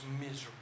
miserable